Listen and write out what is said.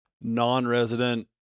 non-resident